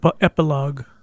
Epilogue